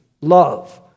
love